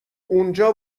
اونجا